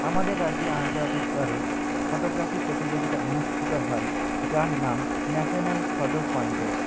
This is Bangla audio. আমাদের রাজ্যে আন্তর্জাতিক স্তরে ফটোগ্রাফি প্রতিযোগিতা অনুষ্ঠিত হয় যার নাম ন্যাশানাল ফটো কন্টেস্ট